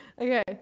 Okay